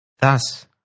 Thus